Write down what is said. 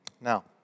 Now